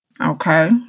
Okay